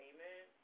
Amen